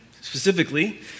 specifically